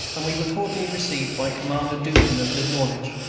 and we were cordially received by commander duncan of the norwich,